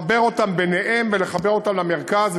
לחבר אותם ביניהם ולחבר אותם למרכז,